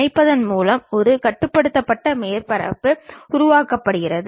தோற்றத்தை பொறுத்து அதன் குறியீடுகள் குறிக்கப்படுகின்றன